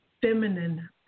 feminine